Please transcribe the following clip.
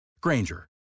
Granger